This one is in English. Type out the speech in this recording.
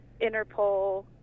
Interpol